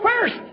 first